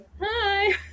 Hi